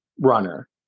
runner